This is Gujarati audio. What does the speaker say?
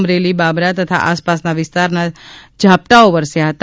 અમરેલી બાબરા તથા આસપાસના વિસ્તારમા ઝાપટાઓ વરસ્યા હતા